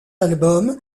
album